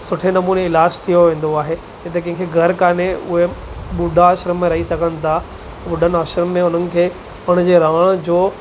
सुठे नमूने इलाज थियो वेंदो आहे हिते कंहिंखे घर कोन्हे उहे ॿुढा आश्रम में रही सघनि था ॿुढनि आश्रम में उन्हनि खे उनजे रहण जो